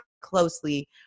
closely